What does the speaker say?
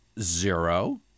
Zero